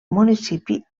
municipi